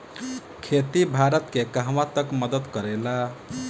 खेती भारत के कहवा तक मदत करे ला?